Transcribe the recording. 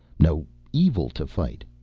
no evil to fight.